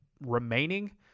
remaining